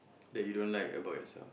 that you don't like about yourself